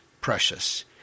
precious